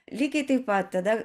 lygiai taip pat tada